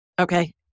Okay